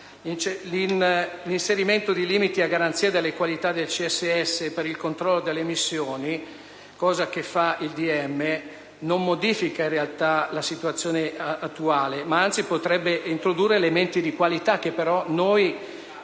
L'inserimento di limiti a garanzia della qualità del CSS e per il controllo delle emissioni operato dal decreto ministeriale non modifica in realtà la situazione attuale, anzi potrebbe introdurre elementi di qualità che però